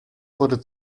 wurde